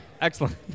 Excellent